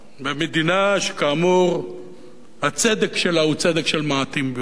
במדינה שכאמור הצדק שלה הוא צדק של מעטים ביותר.